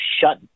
shut